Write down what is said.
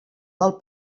del